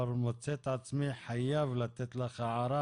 אבל מוצא את עצמי חייב לתת לך הערה